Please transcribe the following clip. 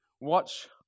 watch